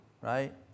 right